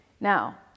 Now